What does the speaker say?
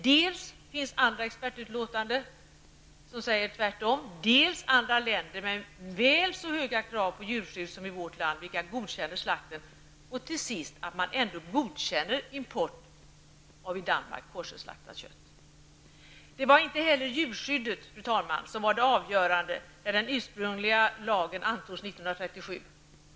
Dels finns det andra expertutlåtanden, som säger motsatsen, dels godkänner andra länder, som har väl så höga krav på djurskydd som vi har i vårt land, koscherslakt. Dessutom godkänner vi i Sverige import av i Danmark koscherslaktat kött. Det var inte heller, fru talman, djurskyddet som var avgörande när den ursprunliga lagen antogs 1937.